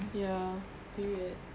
ya period